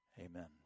Amen